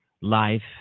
life